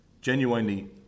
genuinely